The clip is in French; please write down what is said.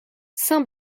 saint